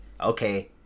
okay